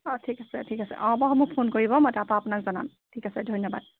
অঁ ঠিক আছে ঠিক আছে অঁ মোক ফোন কৰিব মই তাৰপৰা আপোনাক জনাম ঠিক আছে ধন্যবাদ